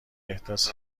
احداث